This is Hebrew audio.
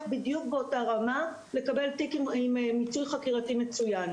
בדיוק באותה רמה לקבל תיק עם מיצוי חקירתי מצוין.